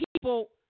people